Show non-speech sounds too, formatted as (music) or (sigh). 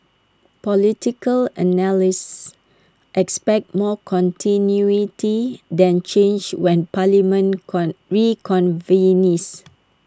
political analysts expect more continuity than change when parliament (unintelligible) reconvenes